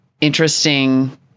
interesting